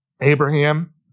Abraham